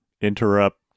interrupt